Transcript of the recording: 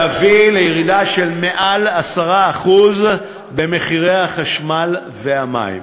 לירידה של יותר מ-10% במחירי החשמל והמים.